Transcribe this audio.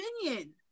opinion